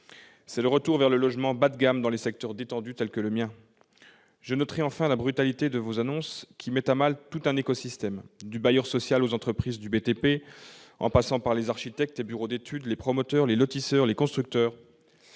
c'est le retour vers le logement bas de gamme dans les secteurs détendus tels que le mien ... Je note enfin la brutalité de vos annonces, qui mettent à mal tout un écosystème, du bailleur social aux entreprises du BTP en passant par les architectes, les bureaux d'études, les promoteurs, les lotisseurs et les constructeurs.